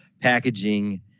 packaging